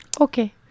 Okay